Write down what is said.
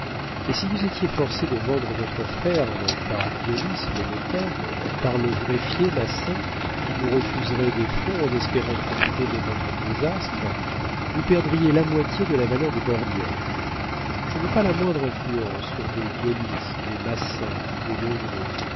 et si vous étiez forcée de vendre votre ferme par dionis le notaire par le greffier massin qui vous refuseraient des fonds en espérant profiter de votre désastre vous perdriez la moitié de la valeur des bordières je n'ai pas la moindre influence sur des dionis des massin des